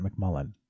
McMullen